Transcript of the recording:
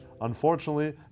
unfortunately